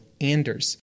Anders